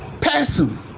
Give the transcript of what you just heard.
Person